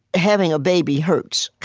having a baby hurts.